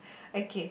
okay